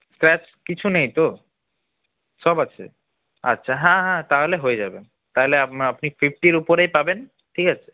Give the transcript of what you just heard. scratch কিছু নেই তো সব আছে আচ্ছা হ্যাঁ হ্যাঁ তাহলে হয়ে যাবে তাহলে আপনি ফিফটির ওপরেই পাবেন ঠিক আছে